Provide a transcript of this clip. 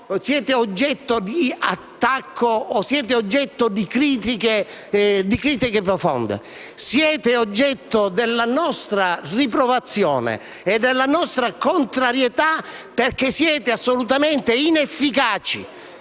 siete oggetto di attacco o di critiche profonde. Siete oggetto della nostra riprovazione e della nostra contrarietà perché siete assolutamente inefficaci